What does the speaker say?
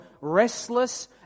restless